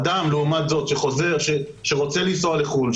אדם לעומת זאת שרוצה לנסוע לחו"ל,